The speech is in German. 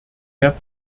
herr